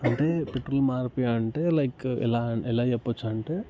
అంటే పెట్రోల్ మార్పు అంటే లైక్ ఎలా ఎలా చెప్ప వచ్చంటే